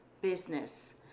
business